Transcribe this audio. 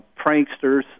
pranksters